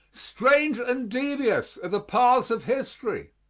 strange and devious are the paths of history.